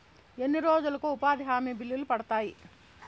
ఎన్ని రోజులకు ఉపాధి హామీ బిల్లులు పడతాయి?